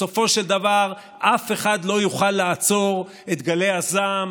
בסופו של דבר אף אחד לא יוכל לעצור את גלי הזעם,